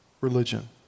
religion